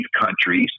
countries